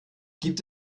gibt